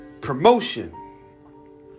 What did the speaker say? promotion